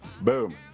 Boom